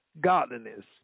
godliness